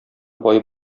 бай